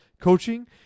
coaching